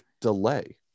delay